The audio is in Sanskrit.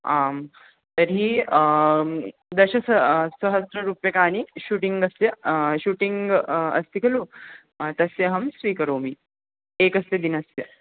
आं तर्हि दशस सहस्ररूप्यकाणि शूटिंगस्य शूटिंग् अस्ति खलु तस्य अहं स्वीकरोमि एकस्य दिनस्य